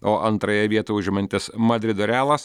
o antrąją vietą užimantis madrido realas